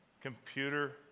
computer